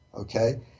okay